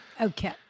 Okay